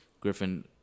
Griffin